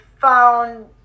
found